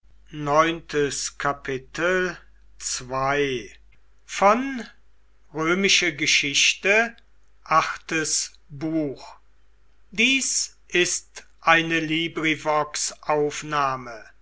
sind ist eine